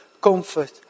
comfort